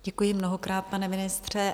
Děkuji mnohokrát, pane ministře.